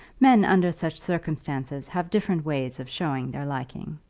men under such circumstances have different ways of showing their liking.